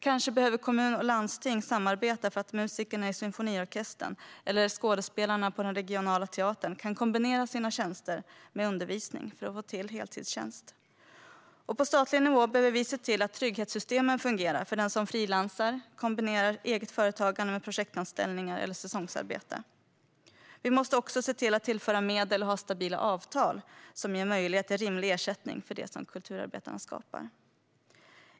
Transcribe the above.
Kanske behöver kommun och landsting samarbeta så att musikerna i symfoniorkestern eller skådespelarna på den regionala teatern kan kombinera sina tjänster med undervisning för att få till heltidstjänster. På statlig nivå behöver vi se till att trygghetssystemen fungerar för den som frilansar och kombinerar eget företagande med projektanställningar eller säsongsarbete. Vi måste också se till att tillföra medel och ha stabila avtal som ger möjlighet till rimlig ersättning för det som kulturarbetarna skapar.